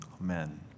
amen